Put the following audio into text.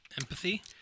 empathy